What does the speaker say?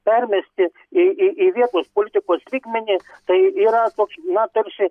permesti į į į vietos politikos lygmenį tai yra toks na tarsi